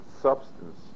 substance